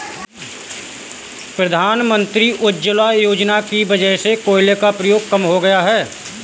प्रधानमंत्री उज्ज्वला योजना की वजह से कोयले का प्रयोग कम हो गया है